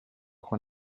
con